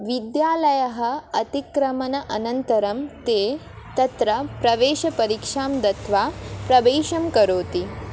विद्यालयः अतिक्रमणम् अनन्तरं ते तत्र प्रवेशपरीक्षां दत्वा प्रवेशं करोति